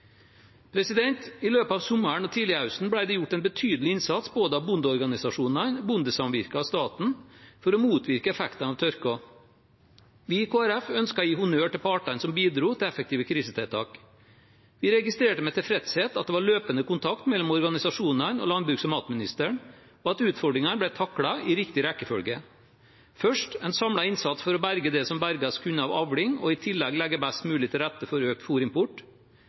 I løpet av sommeren og tidlighøsten ble det gjort en betydelig innsats av både bondeorganisasjonene, bondesamvirkene og staten for å motvirke effektene av tørken. Vi i Kristelig Folkeparti ønsker å gi honnør til partene som bidro til effektive krisetiltak. Jeg registrerte med tilfredshet at det var løpende kontakt mellom organisasjonene og landbruks- og matministeren, og at utfordringene ble taklet i riktig rekkefølge: først en samlet innsats for å berge det som berges kunne av avling, og i tillegg legge best mulig til rette for økt